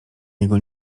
niego